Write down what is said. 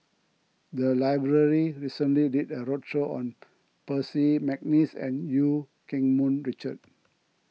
the library recently did a roadshow on Percy McNeice and Eu Keng Mun Richard